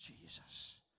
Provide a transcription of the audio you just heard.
Jesus